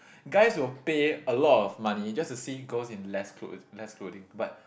guys will pay a lot of money just to see girls in less clothes less clothing but